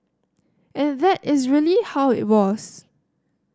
and that is really how it was